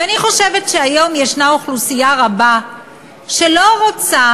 אני חושבת שהיום יש אוכלוסייה גדולה שלא רוצה